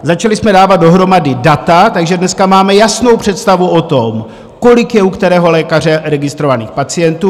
Začali jsme dávat dohromady data, takže dneska máme jasnou představu o tom, kolik je u kterého lékaře registrovaných pacientů.